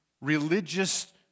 religious